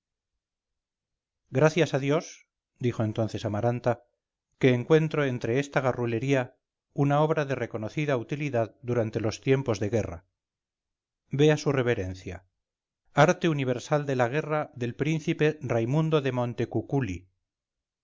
gracias a dios dijo entonces amaranta que encuentro entre esta garrulería una obra de reconocida utilidad durante los tiempos de guerra vea su reverencia arte universal de la guerra del príncipe raimundo de